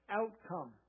outcome